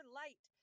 light